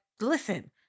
Listen